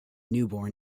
newborn